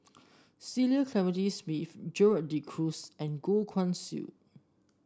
Cecil Clementi Smith Gerald De Cruz and Goh Guan Siew